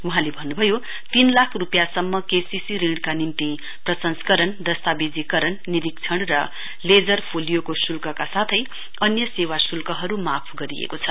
वहाँले भन्नुभयो तीन लाख रुपिया सम्म केसीसी ऋणका निम्ति प्रसंस्करण दस्तावेजीकरणनिरीक्षण र लेजर फोलियोको शुल्क साथै अन्य सेवा शुल्कहरु माफ गरिएको छ